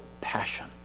passion